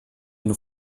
nur